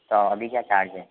तो अभी क्या चार्ज है